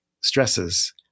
stresses